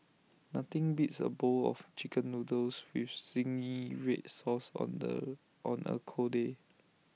nothing beats A bowl of Chicken Noodles with Zingy Red Sauce on the on A cold day